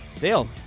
Dale